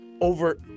over